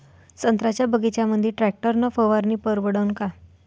संत्र्याच्या बगीच्यामंदी टॅक्टर न फवारनी परवडन का?